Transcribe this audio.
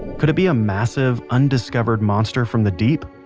could it be a massive, undiscovered monster from the deep?